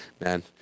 Man